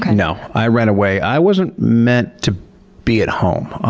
no, i ran away, i wasn't meant to be at home.